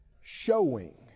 showing